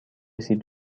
سیب